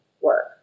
work